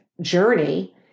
journey